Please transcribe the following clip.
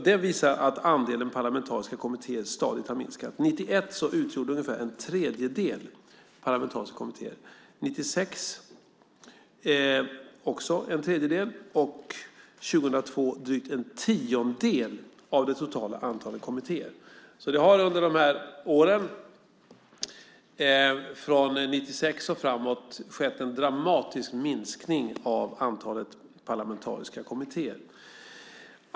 Den visar att andelen parlamentariska kommittéer stadigt har minskat. År 1991 utgjorde ungefär en tredjedel parlamentariska kommittéer. 1996 var det också en tredjedel och 2002 drygt en tiondel av det totala antalet kommittéer. Det har under åren från 1996 och framåt skett en dramatisk minskning av antalet parlamentariska kommittéer.